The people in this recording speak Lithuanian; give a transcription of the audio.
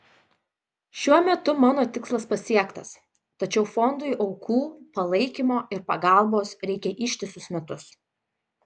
šiuo metu mano tikslas pasiektas tačiau fondui aukų palaikymo ir pagalbos reikia ištisus metus